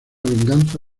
venganza